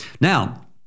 Now